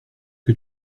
que